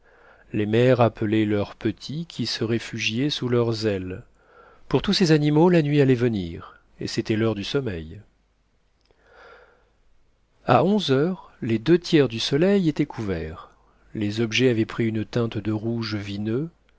les mères appelaient leurs petits qui se réfugiaient sous leurs ailes pour tous ces animaux la nuit allait venir et c'était l'heure du sommeil à onze heures les deux tiers du soleil étaient couverts les objets avaient pris une teinte de rouge vineux